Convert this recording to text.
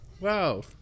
Wow